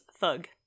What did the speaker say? thug